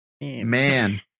Man